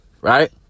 right